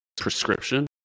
prescription